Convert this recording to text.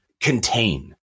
contain